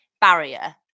barrier